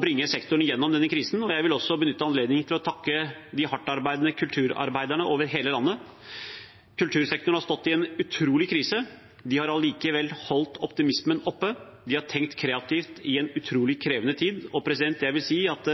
bringe sektoren gjennom denne krisen. Jeg vil også benytte anledningen til å takke de hardtarbeidende kulturarbeiderne over hele landet. Kultursektoren har stått i en utrolig krise. De har allikevel holdt optimismen oppe. De har tenkt kreativt i en utrolig krevende tid. Jeg vil si at